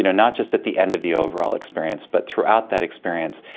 you know not just at the end of the overall experience but throughout that experience,